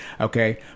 okay